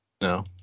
No